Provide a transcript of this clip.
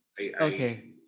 Okay